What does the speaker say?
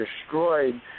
destroyed